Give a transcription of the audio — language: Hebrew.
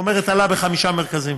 זאת אומרת, עלה בחמישה מרכזים,